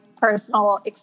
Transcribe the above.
personal